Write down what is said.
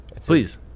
Please